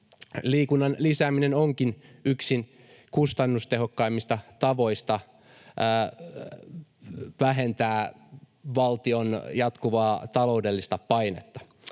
Liikunnan lisääminen onkin yksi kustannustehokkaimmista tavoista vähentää valtion jatkuvaa taloudellista painetta.